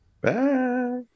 Bye